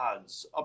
odds